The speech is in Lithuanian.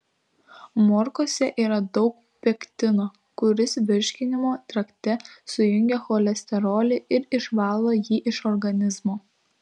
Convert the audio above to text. morkose yra daug pektino kuris virškinimo trakte sujungia cholesterolį ir išvalo jį iš organizmo